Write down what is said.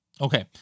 Okay